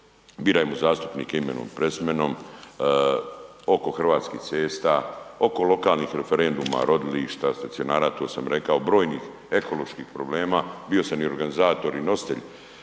„Birajmo zastupnike imenom i prezimenom“, oko hrvatskih cesta, oko lokalnih referenduma, rodilišta, stacionara to sam rekao, brojnih ekoloških problema, bio sam i organizator i nositelj